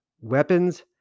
weapons